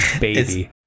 baby